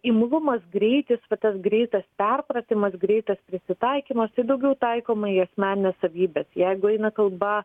imlumas greitis va tas greitas perpratimas greitas prisitaikymas tai daugiau taikoma į asmenes savybes jeigu eina kalba